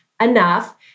enough